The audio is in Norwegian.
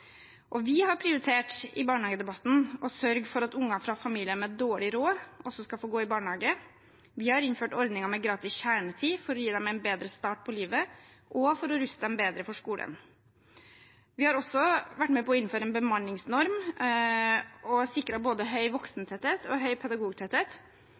Vi har prioritert, i barnehagedebatten, å sørge for at unger fra familier med dårlig råd også skal få gå i barnehage. Vi har innført ordningen med gratis kjernetid for å gi dem en bedre start på livet og for å ruste dem bedre for skolen. Vi har også vært med på å innføre en bemanningsnorm og sikret både høy